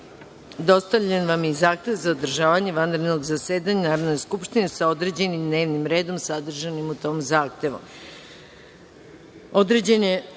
dostavljen vam je i zahtev za održavanje vanrednog zasedanja Narodne skupštine, sa određenim dnevnim redom sadržanim u tom